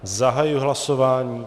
Zahajuji hlasování.